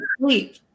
sleep